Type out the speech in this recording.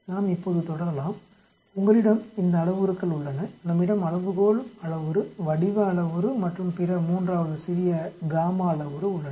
நாம் இப்போது தொடரலாம் உங்களிடம் இந்த அளவுருக்கள் உள்ளன நம்மிடம் அளவுகோள் அளவுரு வடிவ அளவுரு மற்றும் பிற மூன்றாவது சிறிய அளவுரு உள்ளன